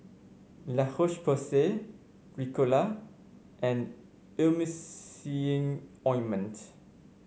La Roche Porsay Ricola and Emulsying Ointment